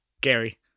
Gary